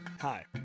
Hi